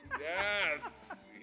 Yes